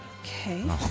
Okay